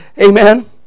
amen